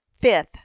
Fifth